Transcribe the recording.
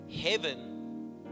heaven